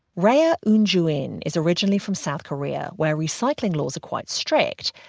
rhea eunjooin is originally from south korea, where recycling laws are quite strict.